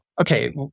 okay